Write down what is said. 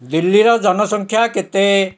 ଦିଲ୍ଲୀର ଜନସଂଖ୍ୟା କେତେ